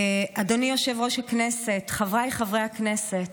אדוני יושב-ראש הכנסת, חבריי חברי הכנסת,